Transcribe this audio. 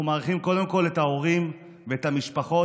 אנחנו מעריכים קודם כול את ההורים ואת המשפחות